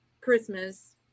Christmas